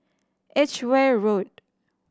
Edgeware Road